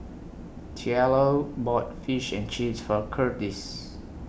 Cielo bought Fish and Chips For Kurtis